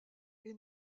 est